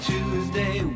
Tuesday